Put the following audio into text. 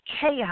chaos